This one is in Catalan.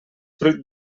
fruit